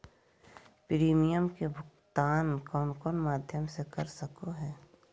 Premium के भुक्तान कौन कौन माध्यम से कर सको है?